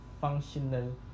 FUNCTIONAL